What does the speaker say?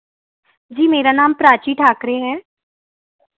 जी मेरा नाम प्राची ठाकरे है